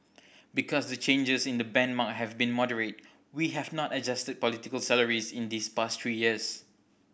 because the changes in the benchmark have been moderate we have not adjusted political salaries in these past three years